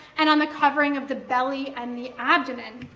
and on the covering of the belly and the abdomen.